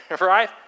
Right